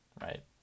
right